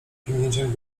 kiwnięciem